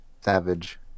Savage